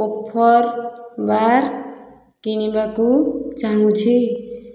wafer bar କିଣିବାକୁ ଚାହୁଁଛି